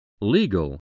Legal